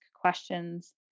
questions